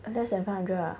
less than five hundred ah